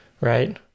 right